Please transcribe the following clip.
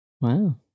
Wow